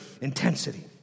intensity